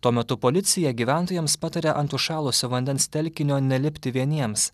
tuo metu policija gyventojams pataria ant užšalusio vandens telkinio nelipti vieniems